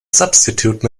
substitute